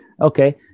Okay